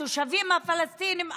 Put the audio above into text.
התושבים הפלסטינים,